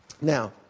Now